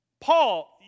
Paul